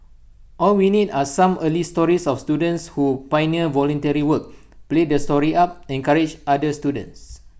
all we need are some early stories of students who pioneer voluntary work play the story up encourage other students